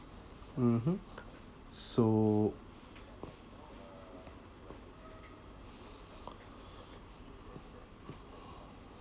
mmhmm so